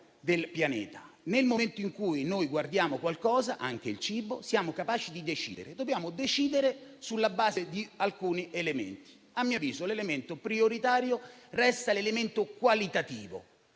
del pianeta. Nel momento in cui guardiamo qualcosa, anche il cibo, siamo capaci di decidere e dobbiamo farlo sulla base di alcuni elementi. A mio avviso, l'elemento prioritario resta quello qualitativo,